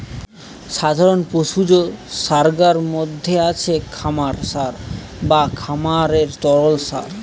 সাধারণ পশুজ সারগার মধ্যে আছে খামার সার বা খামারের তরল সার